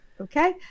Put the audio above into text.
okay